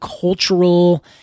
cultural